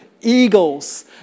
eagles